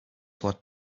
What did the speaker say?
what